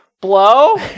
blow